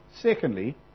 Secondly